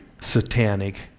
satanic